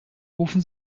rufen